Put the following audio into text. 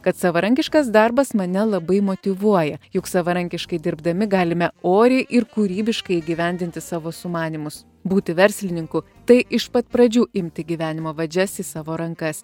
kad savarankiškas darbas mane labai motyvuoja juk savarankiškai dirbdami galime oriai ir kūrybiškai įgyvendinti savo sumanymus būti verslininku tai iš pat pradžių imti gyvenimo vadžias į savo rankas